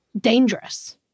dangerous